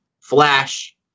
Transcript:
Flash